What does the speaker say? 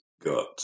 got